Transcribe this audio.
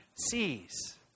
sees